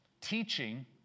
Teaching